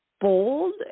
bold